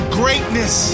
greatness